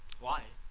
why?